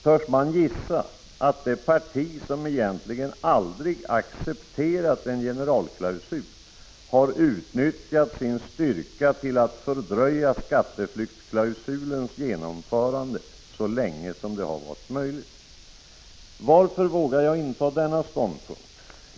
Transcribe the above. Törs man gissa att det parti som egentligen aldrig accepterat en generalklausul har utnyttjat sin styrka till att fördröja skatteflyktsklausulens genomförande så länge som det har varit möjligt? Varför vågar jag inta denna ståndpunkt?